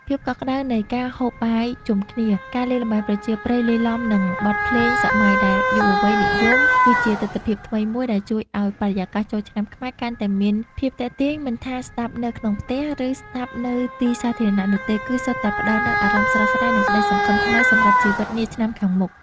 ភាពកក់ក្តៅនៃការហូបបាយជុំគ្នា ការលេងល្បែងប្រជាប្រិយលាយឡំនឹងបទភ្លេងសម័យដែលយុវវ័យនិយម គឺជាទិដ្ឋភាពថ្មីមួយដែលជួយឱ្យបរិយាកាសចូលឆ្នាំខ្មែរកាន់តែមានភាពទាក់ទាញ មិនថាស្តាប់នៅក្នុងផ្ទះ ឬស្តាប់នៅទីសាធារណៈនោះទេ គឺសុទ្ធតែផ្តល់នូវអារម្មណ៍ស្រស់ស្រាយ និងក្តីសង្ឃឹមថ្មីសម្រាប់ជីវិតនាឆ្នាំខាងមុខ។